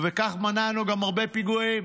ובכך מנענו גם הרבה פיגועים.